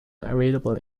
available